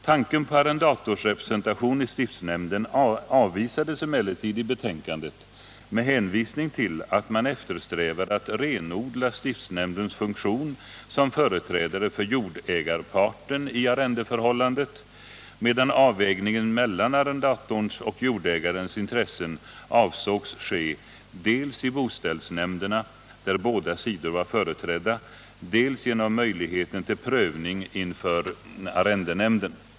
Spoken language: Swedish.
Tanken på arrendatorsrepresentation i stiftsnämnden avvisades emellertid i betänkandet med hänvisning till att man eftersträvade att renodla stiftsnämndens funktion som företrädare för jordägarparten i arrendeförhållandet, medan avvägningen mellan arrendatorns och jordägarens intressen avsågs ske dels i boställsnämnderna, där båda sidor var företrädda, dels genom möjligheten till prövning inför arrendenämnden.